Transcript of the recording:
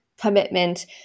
commitment